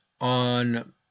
on